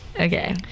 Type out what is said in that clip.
Okay